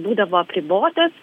būdavo apribotas